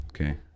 Okay